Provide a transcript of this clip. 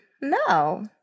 No